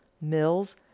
mills